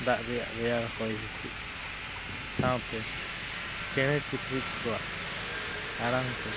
ᱫᱟᱜ ᱨᱮᱭᱟᱜ ᱨᱮᱭᱟᱲ ᱦᱚᱭ ᱦᱤᱸᱥᱤᱫ ᱥᱟᱶᱛᱮ ᱪᱮᱬᱮ ᱪᱤᱯᱨᱩᱡ ᱠᱚᱣᱟᱜ ᱟᱲᱟᱝ ᱛᱮ